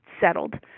settled